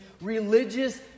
religious